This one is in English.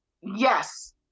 yes